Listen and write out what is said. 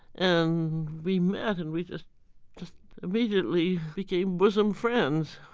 and we met and we just just immediately became bosom friends.